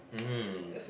hmm